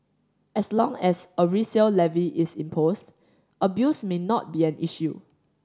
as long as a resale levy is imposed abuse may not be an issue